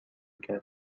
کرد